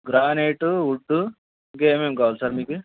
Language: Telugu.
గ్రానేటు ఉడ్డు ఇంకా ఏమేమి కావాలి సార్ మీకు